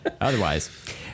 otherwise